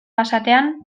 basatian